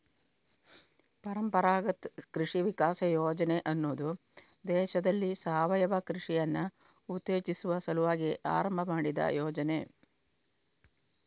ಪರಂಪರಾಗತ್ ಕೃಷಿ ವಿಕಾಸ ಯೋಜನೆ ಅನ್ನುದು ದೇಶದಲ್ಲಿ ಸಾವಯವ ಕೃಷಿಯನ್ನ ಉತ್ತೇಜಿಸುವ ಸಲುವಾಗಿ ಆರಂಭ ಮಾಡಿದ ಯೋಜನೆ